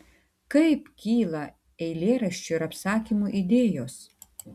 kaip kyla eilėraščių ir apsakymų idėjos